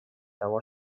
того